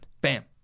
Bam